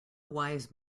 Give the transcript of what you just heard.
wise